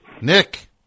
Nick